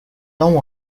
don’t